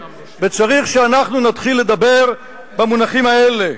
וצריך שאנחנו נתחיל לדבר במונחים האלה.